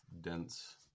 dense